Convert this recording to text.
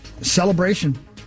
Celebration